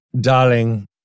Darling